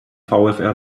vfr